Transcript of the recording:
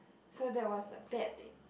so that was a bad day